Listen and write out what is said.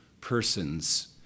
persons